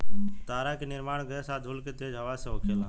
तारा के निर्माण गैस आ धूल के तेज हवा से होखेला